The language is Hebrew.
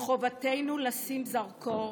מחובתנו לשים זרקור